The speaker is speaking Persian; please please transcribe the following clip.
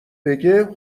بگه